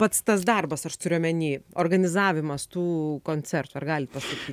pats tas darbas aš turiu omeny organizavimas tų koncertų ar galit pasakyt